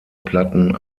platten